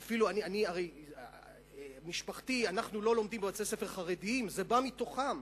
אנחנו לא לומדים בבתי-ספר חרדיים, זה בא מתוכם.